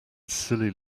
silly